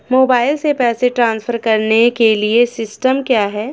Mobile से पैसे transfer करने के लिए सिस्टम क्या है?